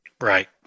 right